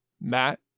Matt